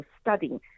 studying